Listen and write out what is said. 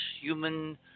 human